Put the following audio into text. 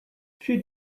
she